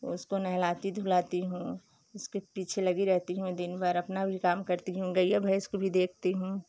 उसको नहलाती धुलाती हूँ उसके पीछे लगी रहती हूँ दिन भर अपना भी काम करती हूँ गईया भैंस को भी देखती हूँ